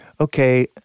Okay